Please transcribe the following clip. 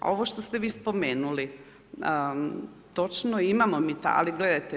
A ovo što ste vi spomenuli, točno imamo mi ta, ali gledajte.